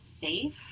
safe